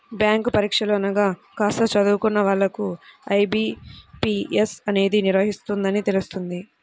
bank పరీక్షలు అనగానే కాస్త చదువుకున్న వాళ్ళకు ఐ.బీ.పీ.ఎస్ అనేది నిర్వహిస్తుందని తెలుస్తుంది